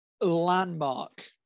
landmark